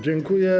Dziękuję.